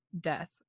death